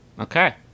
Okay